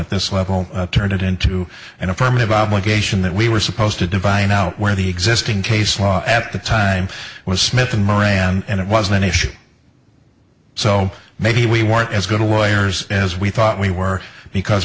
at this level turned it into an affirmative obligation that we were supposed to divine out where the existing case law at the time was smith and and it was an issue so maybe we weren't as good a way years as we thought we were because